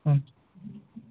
okay